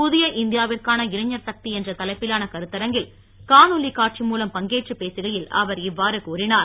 புதிய இந்தியாவிற்கான இளைஞர் சக்தி என்ற தலைப்பிலான கருத்தரங்கில் காணொளி காட்சி மூலம் பங்கேற்று பேசுகையில் அவர் இவ்வாறு கூறினார்